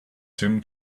tim